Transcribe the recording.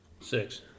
Six